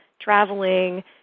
traveling